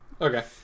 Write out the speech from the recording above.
Okay